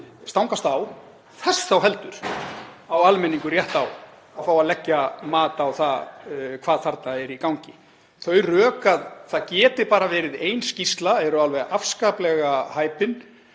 stangast á, þess þá heldur á almenningur rétt á að fá að leggja mat á hvað þarna er í gangi. Þau rök að það geti bara verið ein skýrsla eru afskaplega hæpin